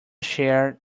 shared